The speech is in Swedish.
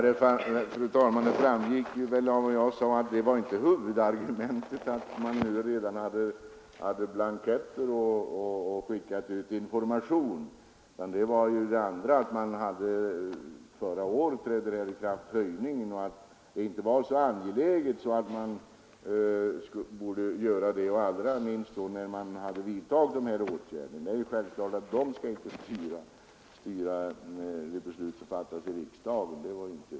Fru talman! Det framgick väl av vad jag sade att det förhållandet att det hade utarbetats blanketter och information inte var huvudargumentet, utan huvudargumentet var att en höjning trädde i kraft förra året och att det därför inte var så angeläget att vidta denna åtgärd nu med hänsyn till att detta förarbete gjorts. Självfallet skall förfarandet med blanketterna inte styra ett beslut som fattats i riksdagen.